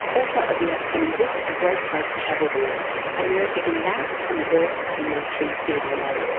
author of the upcoming book a great place to have a war america in laos and the birth of a military cia.